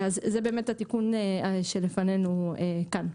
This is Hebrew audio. אז זהו התיקון שלפנינו כאן,